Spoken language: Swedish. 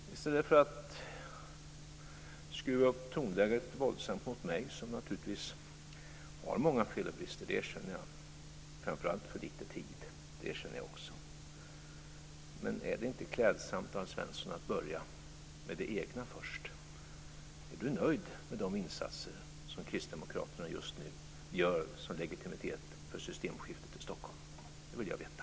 I stället för att skruva upp tonläget våldsamt mot mig - jag har naturligtvis många fel och brister, det erkänner jag, och framför allt för lite tid, - är det inte klädsamt att börja med det egna, Alf Svensson? Är Alf Svensson nöjd med de insatser som kristdemokraterna gör, som legitimitet för systemskiftet i Stockholm? Det vill jag veta.